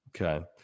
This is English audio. Okay